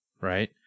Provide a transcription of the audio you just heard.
right